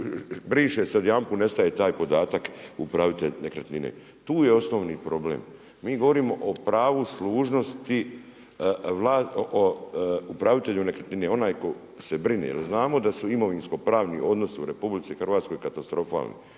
briše se, odjedanput nestaje taj podatak upravitelj nekretnine. Tu je osnovni problem. Mi govorimo o pravu služnosti upravitelju nekretnine. Onaj tko se brine jer znamo da su imovinsko-pravni odnosi u RH katastrofalni,